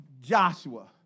Joshua